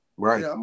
Right